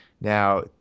Now